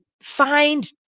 find